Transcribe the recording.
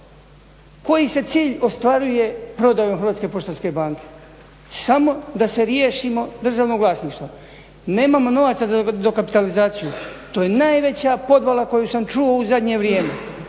Koji se cilj ostvaruje prodajom HPB-a? Samo da se riješimo državnog vlasništva. Nemamo novaca za dokapitalizaciju, to je najveća podvala koju sam čuo u zadnje vrijeme.